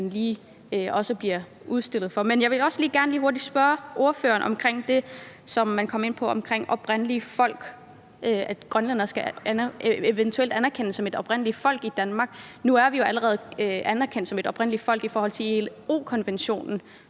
også lige bliver udstillet. Men jeg vil også gerne lige hurtigt spørge ordføreren om det, man kom ind på om oprindelige folk, altså at grønlænderne eventuelt skal anerkendes som et oprindeligt folk i Danmark. Nu er vi jo allerede anerkendt som et oprindeligt folk i forhold til ILO-konventionen